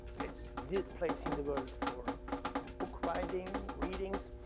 it's the place in the world for book writing, readings,